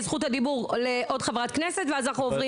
האישה ולשוויון מגדרי): << יור >> חברות הכנסת,